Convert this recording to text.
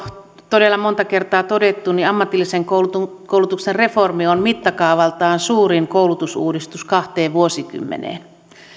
todella monta kertaa todettu ammatillisen koulutuksen koulutuksen reformi on mittakaavaltaan suurin koulutusuudistus kahteen vuosikymmeneen